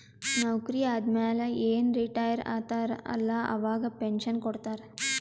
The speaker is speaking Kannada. ನೌಕರಿ ಆದಮ್ಯಾಲ ಏನ್ ರಿಟೈರ್ ಆತಾರ ಅಲ್ಲಾ ಅವಾಗ ಪೆನ್ಷನ್ ಕೊಡ್ತಾರ್